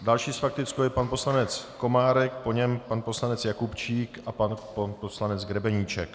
Další s faktickou je pan poslanec Komárek, po něm pan poslanec Jakubčík a pan poslanec Grebeníček.